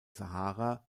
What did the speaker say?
sahara